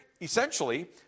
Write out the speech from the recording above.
essentially